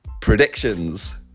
predictions